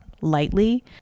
lightly